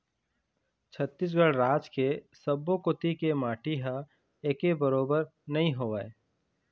छत्तीसगढ़ राज के सब्बो कोती के माटी ह एके बरोबर नइ होवय